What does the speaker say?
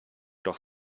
doch